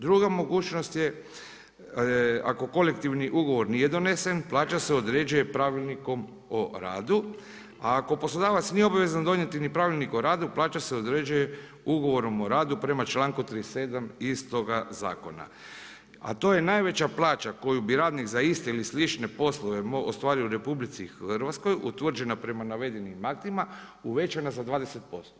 Druga mogućnost je ako kolektivni ugovor nije donesen plaća se određuje Pravilnikom o radu, a ako poslodavac nije obvezan donijeti ni Pravilnik o radu plaća se određuje ugovorom o radu prema članku 37. istoga zakona a to je najveća plaća koju bi radnik za iste ili slične poslove ostvario u RH utvrđena prema navedenim aktima uvećana za 20%